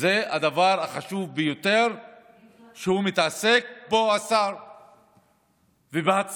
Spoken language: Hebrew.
זה הדבר החשוב ביותר שמתעסק בו השר, ובהצהרות.